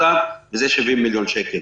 וזה 70 מיליון שקל.